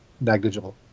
negligible